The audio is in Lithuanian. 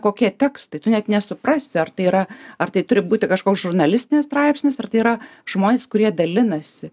kokie tekstai tu net nesuprasi ar tai yra ar tai turi būti kažkoks žurnalistinis straipsnis ar tai yra žmonės kurie dalinasi